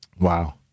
Wow